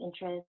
interest